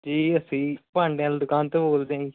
ਜੀ ਅਸੀਂ ਭਾਂਡਿਆਂ ਦੀ ਦੁਕਾਨ ਤੋਂ ਬੋਲਦੇ